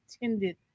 intended